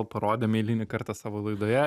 o parodėm eilinį kartą savo laidoje